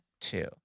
two